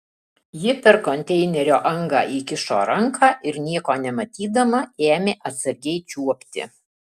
ji per konteinerio angą įkišo ranką ir nieko nematydama ėmė atsargiai čiuopti